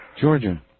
Georgia